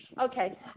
Okay